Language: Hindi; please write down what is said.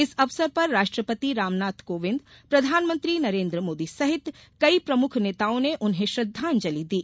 इस अवसर पर राष्ट्रपति रामनाथ कोविंद प्रधानमंत्री नरेन्द्र मोदी सहित कई प्रमुख नेताओं ने उन्हें श्रद्धांजलि दी